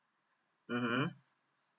mmhmm